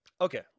okay